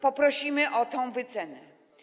Poprosimy o tę wycenę.